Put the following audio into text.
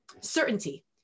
certainty